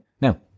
Now